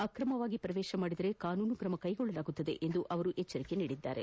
ಅಕ್ರಮವಾಗಿ ಪ್ರವೇಶಿಸಿದರೆ ಕಾನೂನು ಕ್ರಮ ಕೈಗೊಳ್ಳಲಾಗುವುದು ಎಂದು ಅವರು ಎಚ್ಚರಿಸಿದ್ದಾರೆ